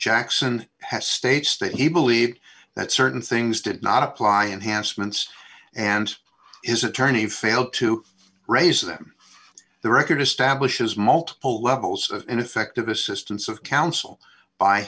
jackson has state state he believes that certain things did not apply enhancements and his attorney failed to raise them the record establishes multiple levels of ineffective assistance of counsel by